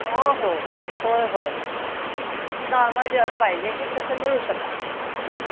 हो हो होय होय नॉर्मल जेवण पाहिजे तसं मिळू शकतं हां